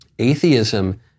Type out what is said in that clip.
Atheism